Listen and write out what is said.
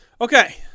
Okay